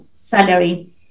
salary